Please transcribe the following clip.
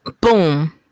Boom